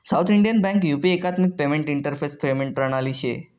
south Indian Bank UP एकात्मिक payment interface payment प्रणाली शे